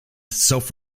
self